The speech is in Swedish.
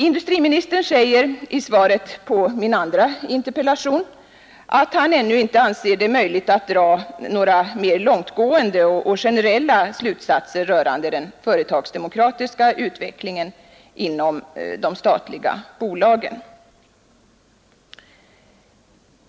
Industriministern säger i svaret på min andra interpellation att han ännu inte anser det möjligt att dra några mer långtgående och generella slutsatser rörande den företagsdemokratiska utvecklingen inom de statliga bolagen.